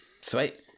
Sweet